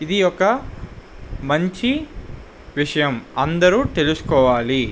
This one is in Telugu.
ఇది ఒక మంచి విషయం అందరు తెలుసుకోవాలి